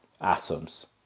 atoms